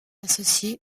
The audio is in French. associé